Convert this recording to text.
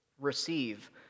receive